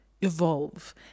evolve